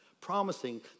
promising